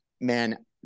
man